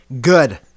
Good